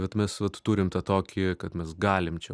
bet mes vat turim tą tokį kad mes galim čia